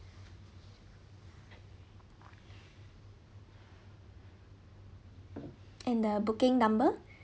and the booking number